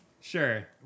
Sure